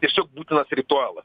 tiesiog būtinas ritualas